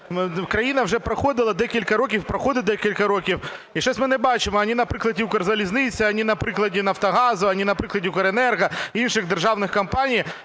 країна вже проходила декілька років, проходить декілька років, і щось ми не бачимо ані на прикладі Укрзалізниці, ані на прикладі "Нафтогазу", ані на прикладі "Укренерго", інших державних компаній